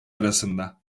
arasında